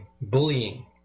bullying